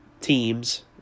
teams